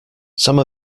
some